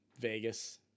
vegas